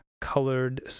colored